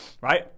right